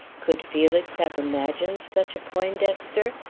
could felix have imagined such a poindexter?